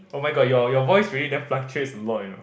oh my god your your voice really damn fluctuates a lot you know